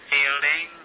Fielding